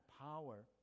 power